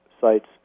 sites